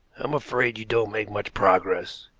i'm afraid you don't make much progress,